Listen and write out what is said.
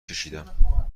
کشیدم